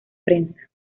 prensa